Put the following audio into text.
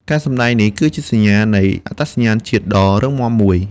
ការសម្តែងនេះគឺជាសញ្ញានៃអត្តសញ្ញាណជាតិដ៏រឹងមាំមួយ។